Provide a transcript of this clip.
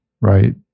right